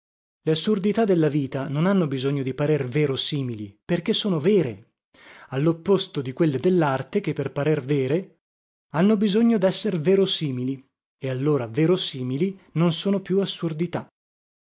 assurdità della vita non hanno bisogno di parer verosimili perché sono vere allopposto di quelle dellarte che per parer vere hanno bisogno desser verosimili e allora verosimili non sono più assurdità